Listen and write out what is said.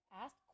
ask